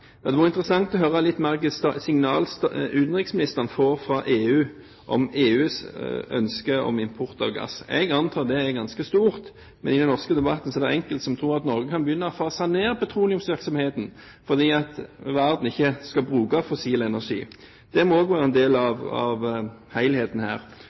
Det hadde vært interessant å høre litt mer om hva slags signaler utenriksministeren får fra EU om EUs ønsker om import av gass. Jeg antar det er ganske stort. Men i den norske debatten er det enkelte som tror at Norge kan begynne å fase ned petroleumsvirksomheten fordi verden ikke skal bruke fossil energi. Det må være en del av helheten her.